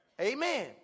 Amen